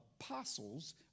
apostles